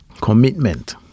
commitment